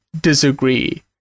disagree